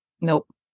Nope